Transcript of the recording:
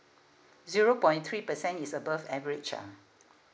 zero point three percent is above average ah